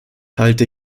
halte